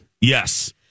Yes